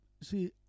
see